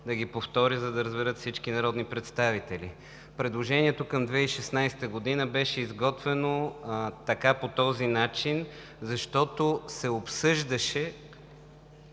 да ги повторя, за да разберат всички народни представители. Предложението към 2016 г. беше изготвено така, по този начин, защото се обсъждаше